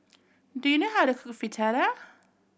do you know how to cook Fritada